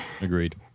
agreed